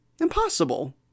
Impossible